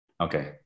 okay